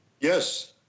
Yes